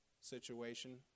situation